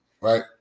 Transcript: right